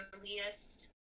earliest